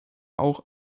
auch